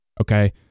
Okay